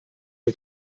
den